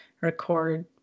record